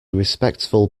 respectful